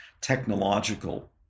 technological